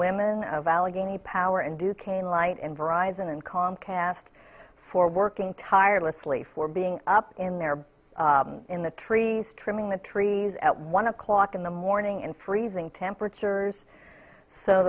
women of allegheny power and duquesne light and verizon and comcast for working tirelessly for being up in there in the trees trimming the trees at one o'clock in the morning in freezing temperatures so